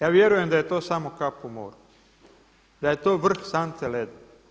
Ja vjerujem da je to samo kap u moru, da je to vrh sante leda.